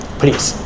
please